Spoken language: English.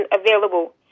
available